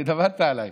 עבדת עליי,